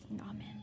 amen